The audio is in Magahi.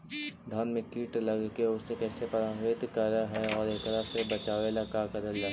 धान में कीट लगके उसे कैसे प्रभावित कर हई और एकरा से बचेला का करल जाए?